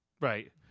Right